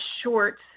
short